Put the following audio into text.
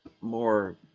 more